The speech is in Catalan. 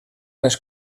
les